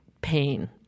pain